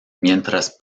mientras